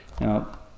Now